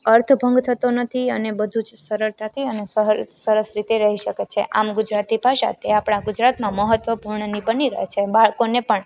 અર્થ ભંગ થતો નથી અને બધુંજ સરળતાથી અને સરળ સરસ રીતે રહી શકે છે આમ ગુજરાતી ભાષા તે આપણા ગુજરાતમાં મહત્વપૂર્ણની બની રહે છે બાળકોને પણ